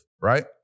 right